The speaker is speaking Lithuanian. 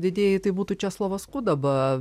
didieji tai būtų česlovas kudaba